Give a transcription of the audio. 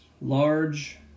large